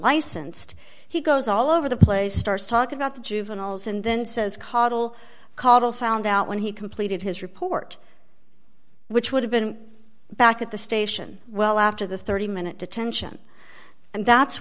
unlicensed he goes all over the place starts talking about juveniles and then says cottle cottle found out when he completed his report which would have been back at the station well after the thirty minute detention and that's